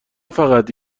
فقط